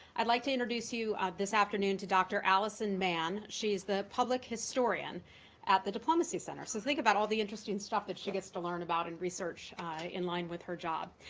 i'd like to introduce you this afternoon to dr. alison mann. she is the public historian at the diplomacy center. so think about all the interesting stuff that she gets to learn about and research in line with her job.